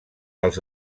els